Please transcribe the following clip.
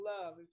love